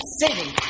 city